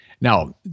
Now